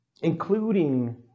including